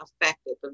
affected